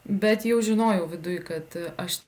bet jau žinojau viduj kad aš